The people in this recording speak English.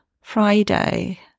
Friday